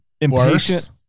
impatient